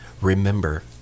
remember